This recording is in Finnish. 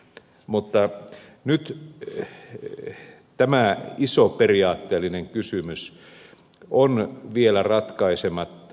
mutta nyt tämä iso periaatteellinen kysymys on vielä ratkaisematta